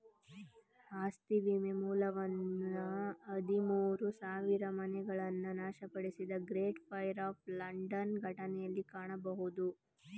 ಆಸ್ತಿ ವಿಮೆ ಮೂಲವನ್ನ ಹದಿಮೂರು ಸಾವಿರಮನೆಗಳನ್ನ ನಾಶಪಡಿಸಿದ ಗ್ರೇಟ್ ಫೈರ್ ಆಫ್ ಲಂಡನ್ ಘಟನೆಯಲ್ಲಿ ಕಾಣಬಹುದು